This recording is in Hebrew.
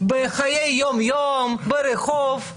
בחיי היום-יום, ברחוב.